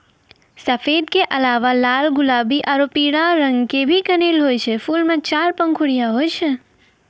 सफेद के अलावा लाल गुलाबी आरो पीला रंग के भी कनेल होय छै, फूल मॅ चार पंखुड़ी होय छै